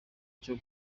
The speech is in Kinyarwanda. cyo